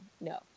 no